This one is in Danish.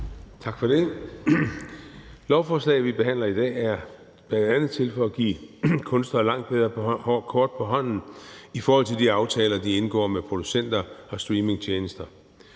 Tak for det. Lovforslaget, vi behandler i dag, er bl.a. til for at give kunstnere langt bedre kort på hånden i forhold til de aftaler, de indgår med producenter og streamingtjenester.